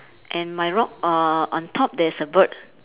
and my rock uh on top there's a bird